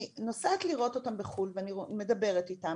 נוסעת לראות אותן בחו"ל ואני מדברת איתן